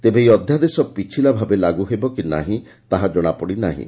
ତେବେ ଏହି ଅଧ୍ୟାଦେଶ ପିଛିଲା ଭାବେ ଲାଗୁହେବ କି ନାହିଁ ତାହା କଣାପଡ଼ି ନାହିଁ